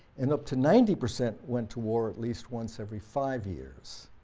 and up to ninety percent went to war at least once every five years,